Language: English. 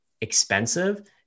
expensive